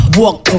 walk